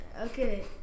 Okay